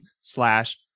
slash